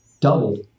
doubled